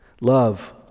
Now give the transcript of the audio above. Love